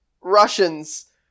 Russians